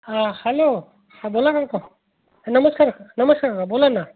हां हॅलो हां बोला बरं का हा नमस्कार नमस्कार बोला ना